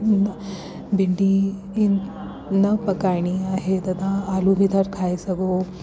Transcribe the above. भिंडी हिन न पकाइणी आहे त तव्हां आलू बि था खाए सघो